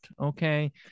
okay